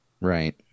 Right